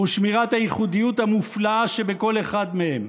ושמירת הייחודיות המופלאה שבכל אחד מהם,